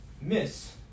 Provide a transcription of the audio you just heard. miss